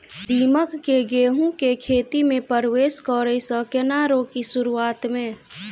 दीमक केँ गेंहूँ केँ खेती मे परवेश करै सँ केना रोकि शुरुआत में?